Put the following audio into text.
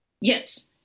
Yes